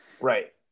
Right